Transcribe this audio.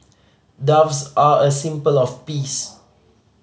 doves are a symbol of peace